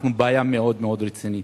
אנחנו בבעיה מאוד מאוד רצינית.